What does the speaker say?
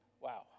Wow